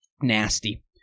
Nasty